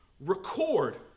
record